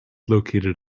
located